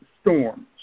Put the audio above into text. storms